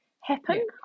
happen